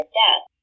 death